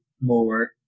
more